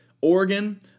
Oregon